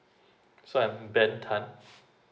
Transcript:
so I'm ben tan